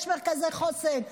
יש מרכזי חוסן.